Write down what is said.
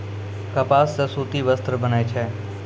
कपास सॅ सूती वस्त्र बनै छै